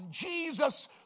Jesus